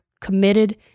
committed